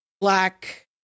Black